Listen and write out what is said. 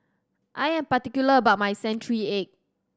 I am particular about my century egg